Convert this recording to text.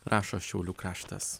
rašo šiaulių kraštas